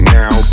now